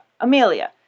Amelia